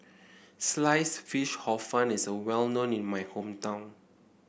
Sliced Fish Hor Fun is well known in my hometown